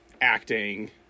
acting